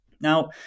Now